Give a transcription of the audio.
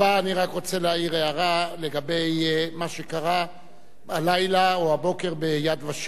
אני רק רוצה להעיר הערה לגבי מה שקרה הלילה או הבוקר ב"יד ושם",